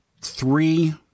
three